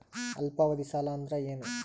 ಅಲ್ಪಾವಧಿ ಸಾಲ ಅಂದ್ರ ಏನು?